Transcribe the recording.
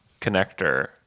connector